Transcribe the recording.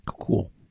Cool